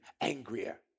angrier